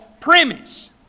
premise